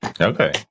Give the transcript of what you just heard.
Okay